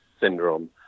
syndrome